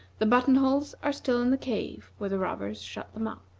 the button-holes are still in the cave where the robbers shut them up.